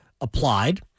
applied